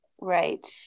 Right